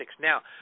Now